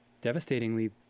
devastatingly